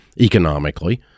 economically